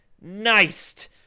Nice